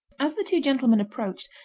as the two gentlemen approached,